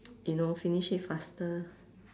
you know finish it faster